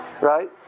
right